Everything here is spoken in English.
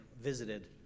visited